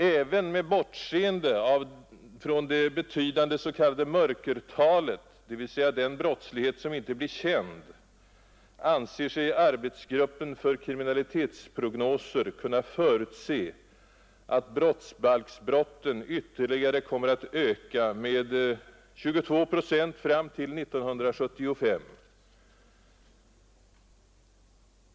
Även med bortseende från det betydande s.k. ”mörkertalet”, dvs. den brottslighet som inte blir känd, anser sig arbetsgruppen för kriminalitetsprognoser kunna förutse att brottsbalksbrotten ytterligare kommer att öka med 22 procent fram till 1975.